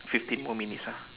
fifteen more minutes ah